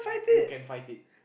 you can fight it